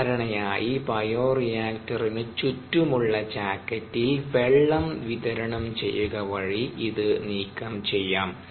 സാധാരണയായി ബയോറിയാക്ടറിനു ചുറ്റുമുള്ള ഒരു ജാക്കറ്റിൽ വെള്ളം വിതരണം ചെയ്യുക വഴി ഇത് നീക്കം ചെയ്യാം